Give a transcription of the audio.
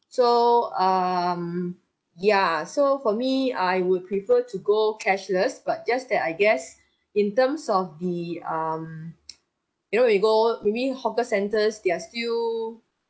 so um ya so for me I would prefer to go cashless but just that I guess in terms of the um you know when you go maybe hawker centres they are still